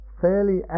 fairly